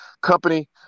company